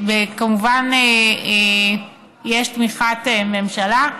וכמובן יש תמיכת ממשלה.